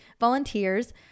volunteers